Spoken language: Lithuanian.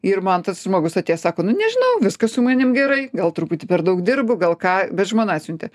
ir man tas žmogus atėjęs sako nu nežinau viskas su manim gerai gal truputį per daug dirbu gal ką bet žmona atsiuntė